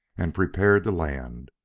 and prepared to land.